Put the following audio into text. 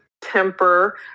temper